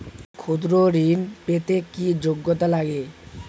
ক্ষুদ্র ঋণ পেতে কি যোগ্যতা লাগে?